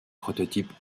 prototypes